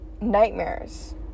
nightmares